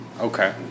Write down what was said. Okay